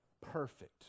Perfect